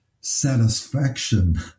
satisfaction